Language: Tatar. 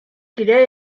тирә